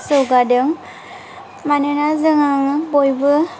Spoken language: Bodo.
जौगादों मानोना जों बयबो